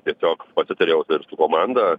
tiesiog pasitariau ir su komanda